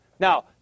Now